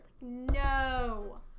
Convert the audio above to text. No